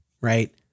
Right